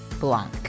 blanc